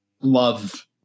love